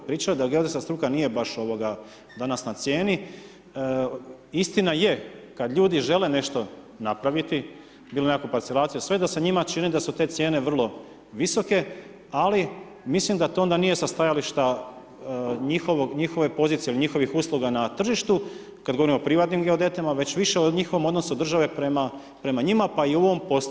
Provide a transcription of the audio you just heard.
Pričaju da geodetska struka nije baš danas na cijeni, istina je kad ljudi žele nešto napraviti, bilo nekakvu parcelaciju, sve da se njima čini da su te cijene vrlo visoke ali mislim da to onda nije sa stajališta njihove pozicije njihovih usluga na tržištu, kada govorimo o privatnim geodetima, već više o njihovom odnosu države prema njima, pa i u ovom poslu.